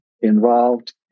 involved